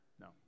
No